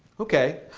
ok,